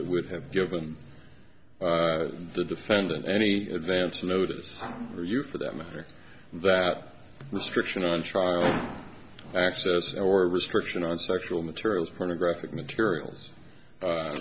that would have given the defendant any advance notice or you for that matter that description on trial access or restriction on sexual materials pornographic materials